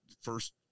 first